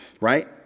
right